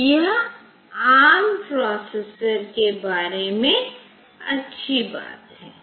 तो यह ARM processor के बारे में अच्छी बात है